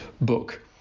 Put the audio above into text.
book